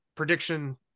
Prediction